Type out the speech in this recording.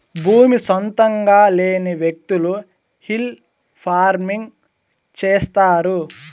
భూమి సొంతంగా లేని వ్యకులు హిల్ ఫార్మింగ్ చేస్తారు